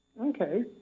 Okay